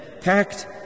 Packed